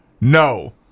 No